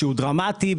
שהוא דרמטי,